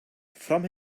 from